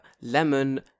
lemon